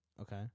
Okay